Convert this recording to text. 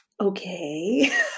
okay